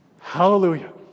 Hallelujah